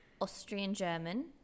Austrian-German